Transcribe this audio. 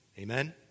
Amen